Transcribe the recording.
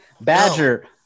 Badger